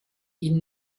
ihnen